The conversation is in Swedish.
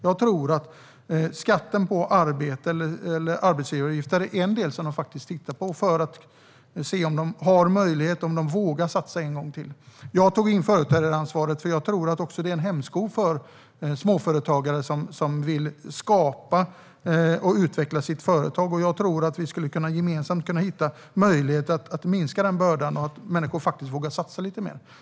Jag tror att skatten på arbete och arbetsgivaravgiften är en del som de tittar på för att se om de har möjlighet och vågar satsa en gång till. Jag tog upp företrädaransvaret, för jag tror att det är en hämsko för småföretagare som vill skapa och utveckla sitt företag. Jag tror att vi gemensamt skulle kunna hitta möjligheter att minska denna börda så att människor vågar satsa lite mer.